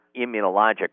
immunologic